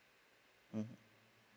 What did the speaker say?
mmhmm